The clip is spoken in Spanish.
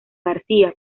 garcía